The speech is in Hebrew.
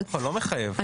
לא מחייב.